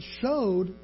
showed